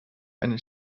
eine